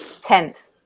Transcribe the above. Tenth